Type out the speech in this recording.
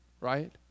Right